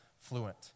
fluent